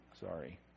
sorry